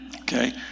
okay